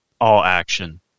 All-action